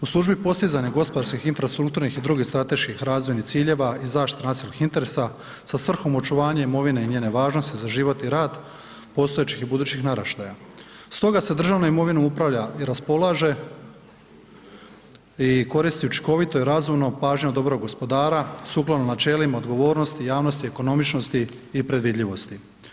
U službi postizanja gospodarskih, infrastrukturnih i drugih strateških razvojnih ciljeva i zaštite nacionalnih interesa sa svrhom očuvanja imovine i njene važnosti za život i rad postojećih i budućih naraštaja stoga se državnom imovinom upravlja i raspolaže i koristi učinkovito i razumno pažnjom dobrog gospodara sukladno načelima odgovornosti, javnosti, ekonomičnosti i predvidljivosti.